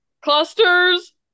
clusters